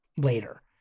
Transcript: later